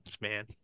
man